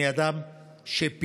אני אדם שפיו